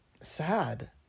sad